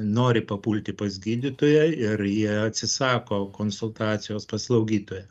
nori papulti pas gydytoją ir jie atsisako konsultacijos pas slaugytoją